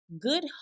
good